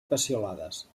peciolades